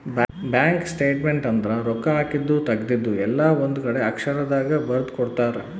bank statement ಅಂದ್ರ ರೊಕ್ಕ ಹಾಕಿದ್ದು ತೆಗ್ದಿದ್ದು ಎಲ್ಲ ಒಂದ್ ಕಡೆ ಅಕ್ಷರ ದಾಗ ಬರ್ದು ಕೊಡ್ತಾರ